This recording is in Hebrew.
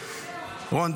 רון,